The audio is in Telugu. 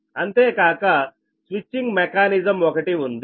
అంతేకాక స్విచ్చింగ్ మెకానిజం ఒకటి ఉంది